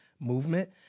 movement